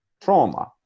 trauma